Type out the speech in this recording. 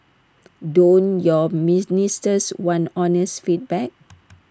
don't your ministers want honest feedback